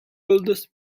oldest